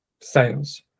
sales